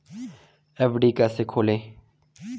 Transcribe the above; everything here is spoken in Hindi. एफ.डी कैसे खोलें?